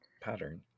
pattern